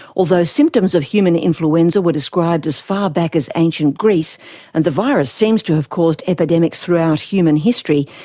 although symptoms of human influenza were described as far back as ancient greece and the virus seems to have caused epidemics throughout human history,